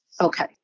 Okay